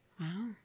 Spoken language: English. Wow